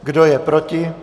Kdo je proti?